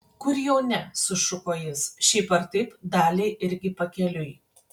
kur jau ne sušuko jis šiaip ar taip daliai irgi pakeliui